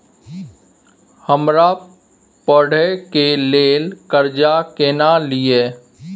हमरा पढ़े के लेल कर्जा केना लिए?